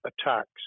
attacks